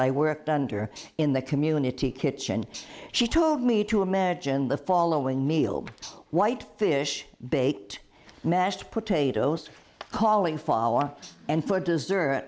i worked under in the community kitchen she told me to imagine the following meal white fish bait mashed potatoes calling flour and for dessert